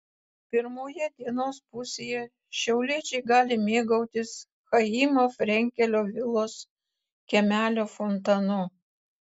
pirmoje dienos pusėje šiauliečiai gali mėgautis chaimo frenkelio vilos kiemelio fontanu